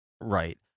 right